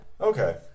Okay